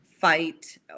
Fight